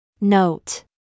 Note